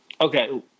okay